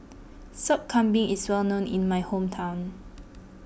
Sop Kambing is well known in my hometown